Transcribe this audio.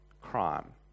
crime